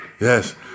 Yes